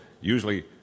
Usually